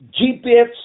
GPS